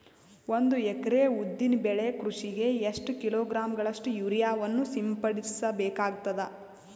ಒಂದು ಎಕರೆ ಉದ್ದಿನ ಬೆಳೆ ಕೃಷಿಗೆ ಎಷ್ಟು ಕಿಲೋಗ್ರಾಂ ಗಳಷ್ಟು ಯೂರಿಯಾವನ್ನು ಸಿಂಪಡಸ ಬೇಕಾಗತದಾ?